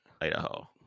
Idaho